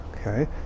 Okay